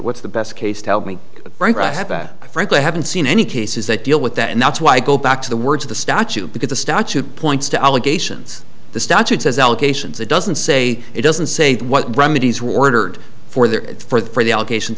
what's the best case tell me frankly i haven't seen any cases that deal with that and that's why i go back to the words of the statute because the statute points to allegations the statute says allegations it doesn't say it doesn't say what remedies were ordered for there it's for the allegations